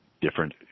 different